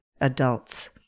adults